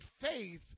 faith